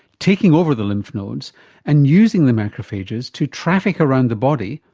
taking over the lymph nodes and using the macrophages to traffic around the body,